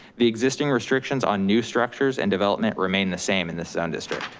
the existing restrictions on new structures and development remain the same in the san district.